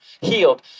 healed